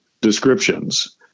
descriptions